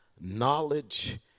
knowledge